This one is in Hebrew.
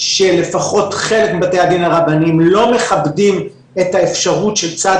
כשלפחות חלק מבתי הדין הרבניים לא מכבדים את האפשרות של צד